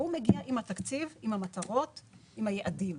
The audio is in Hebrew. הוא מגיע עם התקציב, עם המטרות ועם היעדים,